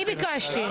אני ביקשתי.